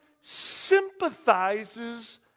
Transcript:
sympathizes